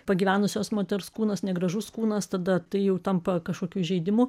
pagyvenusios moters kūnas negražus kūnas tada tai jau tampa kažkokiu įžeidimu